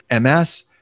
MS